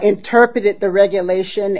nterpreted the regulation